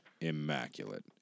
immaculate